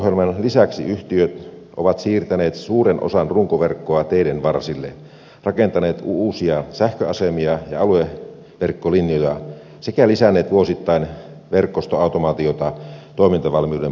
korvausohjelmien lisäksi yhtiöt ovat siirtäneet suuren osan runkoverkkoa teiden varsille rakentaneet uusia sähköasemia ja alueverkkolinjoja sekä lisänneet vuosittain verkostoautomaatiota toimintavalmiuden parantamiseksi